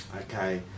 Okay